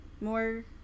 more